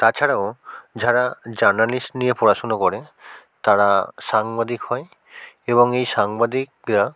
তাছাড়াও যারা জার্নালিস্ট নিয়ে পড়াশুনো করে তারা সাংবাদিক হয় এবং এই সাংবাদিকরা